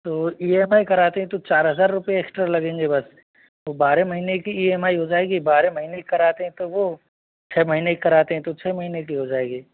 तो E M I कराते हैं तो चार हज़ार रुपये एक्स्ट्रा लगेंगे बस बारह महीने की ई एम आई हो जाएगी बारह महीने की कराते हैं तो वह छः महीने की कराते हैं तो छः महीने की हो जाएगी